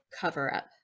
cover-up